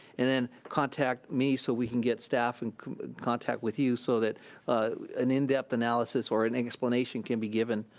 and then contact me so we can get staff in contact with you so that an in depth analysis or an explanation can be given.